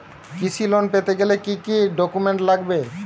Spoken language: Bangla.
কৃষি লোন পেতে গেলে কি কি ডকুমেন্ট লাগবে?